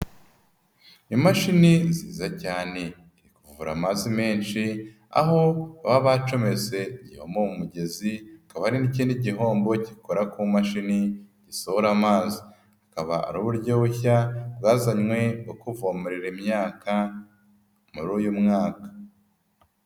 Imashini nziiza cyane. Iri kuvura amazi menshi ,aho baba bacometse igihombo mu mugezi ,akaba ari n'ikindi gihombo gikora ku mashini gisohora amazi. Akaba ari uburyo bushya bwazanywe bwo kuvomererira imyaka muri uyu mwaka.